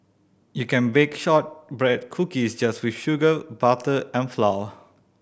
you can bake shortbread cookies just with sugar butter and flour